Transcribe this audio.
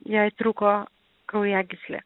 jai trūko kraujagyslė